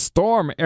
Storm